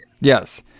Yes